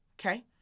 okay